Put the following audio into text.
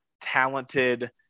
talented